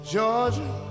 Georgia